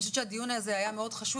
אני חושבת שהדיון הזה היה מאוד חשוב